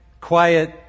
quiet